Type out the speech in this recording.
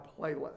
playlist